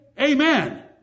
Amen